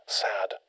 sad